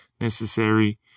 necessary